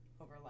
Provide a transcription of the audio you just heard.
over